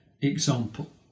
example